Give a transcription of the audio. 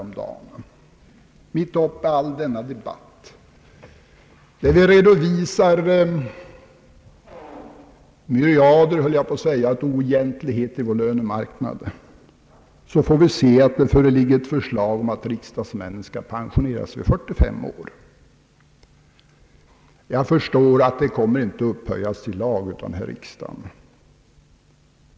Mitt uppe i hela denna debatt där vi redovisar myriader — höll jag på att säga — av oegentligheter i vår lönemarknad, får vi se att det föreligger ett förslag om att riksdagsmännen skall pensioneras vid 45 års ålder. Jag förstår att detta förslag inte kommer att upphöjas till lag av denna riksdag.